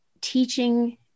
teaching